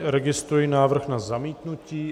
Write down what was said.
Registruji návrh na zamítnutí.